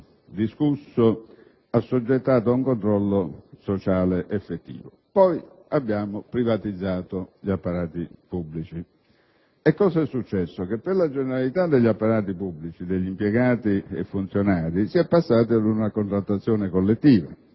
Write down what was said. discusso e assoggettato ad un controllo sociale effettivo. Poi abbiamo privatizzato gli apparati pubblici. Ed è accaduto che per la generalità degli apparati pubblici, degli impiegati e dei funzionari, si è passati ad una contrattazione collettiva,